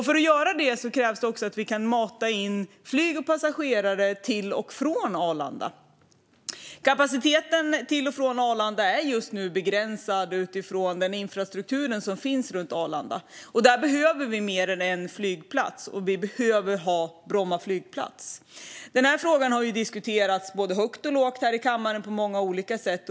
För att göra detta krävs att vi kan mata in flyg och passagerare till och från Arlanda. Kapaciteten till och från Arlanda är begränsad just nu utifrån den infrastruktur som finns runt Arlanda, och därför behöver vi mer än en flygplats. Vi behöver Bromma flygplats. Denna fråga har diskuterats både högt och lågt i denna kammare och på många olika sätt.